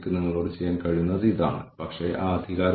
സ്വാധീനം ചെലുത്തുന്നത് എന്താണ് എന്നതാണ് കോസൽ ചെയിൻ സ്കോർകാർഡ്